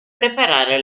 preparare